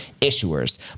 issuers